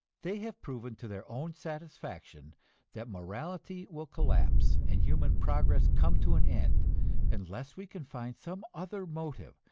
they have proven to their own satisfaction that morality will collapse and human progress come to an end unless we can find some other motive,